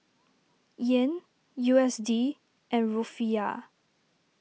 Yen U S D and Rufiyaa